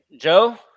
Joe